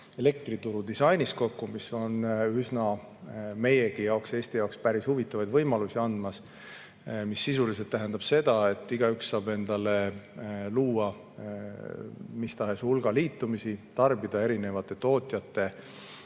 elektriturudisainis, mis on meiegi, Eesti jaoks päris huvitavaid võimalusi andmas. Sisuliselt tähendab see seda, et igaüks saab endale luua mis tahes hulga liitumisi, tarbida erinevate tootjate